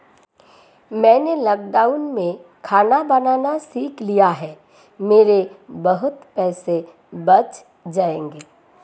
मैंने लॉकडाउन में खाना बनाना सीख लिया है, मेरे बहुत पैसे बच जाएंगे